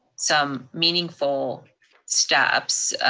some meaningful steps